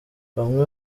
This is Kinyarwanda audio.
bamwe